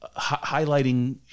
highlighting